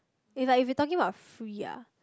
it's like if you're talking about free ah